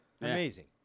Amazing